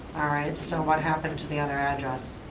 all right, so what happened to the other address?